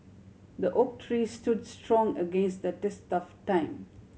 the oak tree stood strong against the test of time